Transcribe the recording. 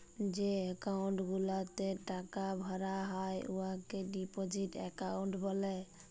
যে একাউল্ট গুলাতে টাকা ভরা হ্যয় উয়াকে ডিপজিট একাউল্ট ব্যলে